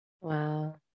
wow